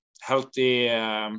healthy